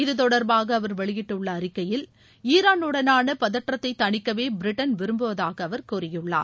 இது தொடர்பாக அவர் வெளியிட்டுள்ள அறிக்கையில் ஈரானுடனான பதற்றத்தை தணிக்கவே பிரிட்டன் விரும்புவதாக அவர் கூறியுள்ளார்